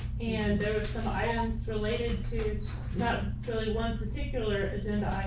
and there were some items related to not um really one particular agenda